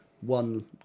One